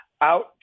out